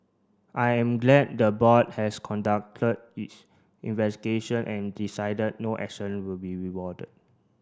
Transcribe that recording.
I am glad the board has conducted its investigation and decided no action will be rewarded